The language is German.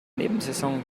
nebensaison